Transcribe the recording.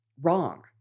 wrong